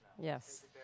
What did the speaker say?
Yes